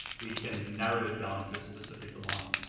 we can narrow it down to a specific line.